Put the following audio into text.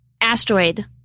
asteroid